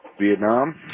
Vietnam